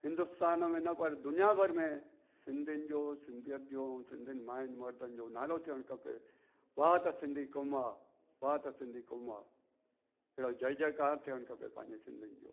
हिंदुस्तान में न पर दुनियाभर में सिधियुनि जो सिंधीयत जो सिधियुनि माइनि मर्दनि जो नालो थियणु खपे वाह त सिंधी क़ौमु आहे वाह त सिंधी क़ौमु आहे अहिड़ो जय जय कार थियणु खपे पांजे सिधियुनि जो